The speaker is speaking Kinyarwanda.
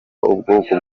ubwoko